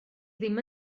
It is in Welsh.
ddim